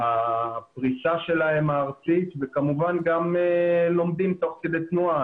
הפריסה הארצית שלהם וכמובן גם לומדים תוך כדי תנועה.